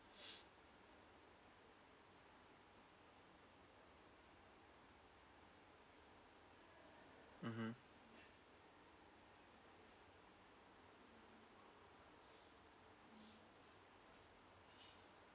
mmhmm